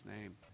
name